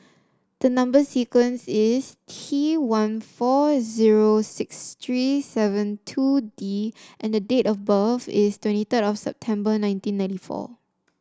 the number sequence is T one four zero six three seven two D and the date of birth is twenty third of September nineteen ninety four